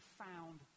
found